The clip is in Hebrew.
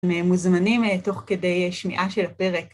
מוזמנים תוך כדי שמיעה של הפרק.